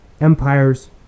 empires